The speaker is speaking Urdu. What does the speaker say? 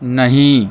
نہیں